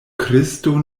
kristo